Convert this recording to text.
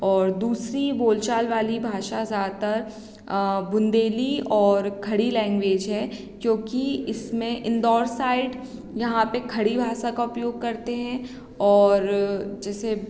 और दूसरी बोलचाल वाली भाषा ज़्यादातर बुंदेली और खड़ी लैंग्वेज है क्योकि इसमें इंदौर साइड यहाँ पर खड़ी भाषा का उपयोग करते हैं और जैसे